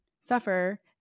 suffer